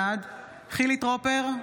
בעד חילי טרופר,